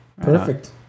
Perfect